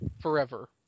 Forever